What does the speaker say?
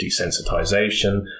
desensitization